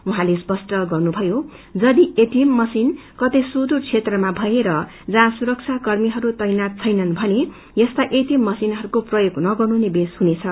उछँले यो पनि स्पष्ट गर्नुभयो यदि एटिएम मशीन कतै सुदूर क्षेत्रमा भए जहाँ सुरक्षा कर्मीहरू तैनात छैनन भने यस्ता एटिएम मशीनहरूको प्रयोग नगर्नु नै बेस हुनेछ